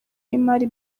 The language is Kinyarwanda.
y’imari